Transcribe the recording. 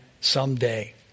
someday